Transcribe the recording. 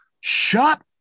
shut